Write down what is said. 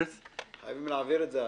חייבים להעביר את זה,